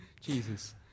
Jesus